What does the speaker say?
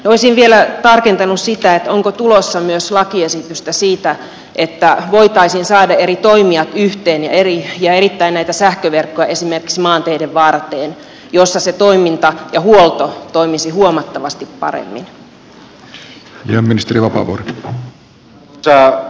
olisin vielä tarkentanut että onko tulossa lakiesitystä jonka avulla voitaisiin saada eri toimijat yhteen ja näitä sähköverkkoja esimerkiksi maanteiden varteen jossa niiden toiminta ja huolto toimisivat huomattavasti paremmin